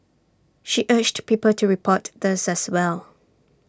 she urged people to report these as well